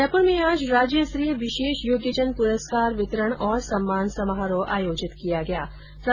जयपुर में आज राज्यस्तरीय विशेष योग्यजन पुरस्कार वितरण और सम्मान समारोह आयोजित किया जायेगा